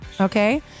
okay